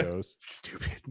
stupid